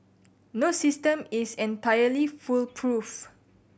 no system is entirely foolproof